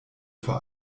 vor